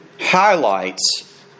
highlights